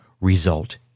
result